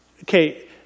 Okay